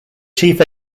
chief